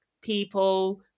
people